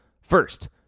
First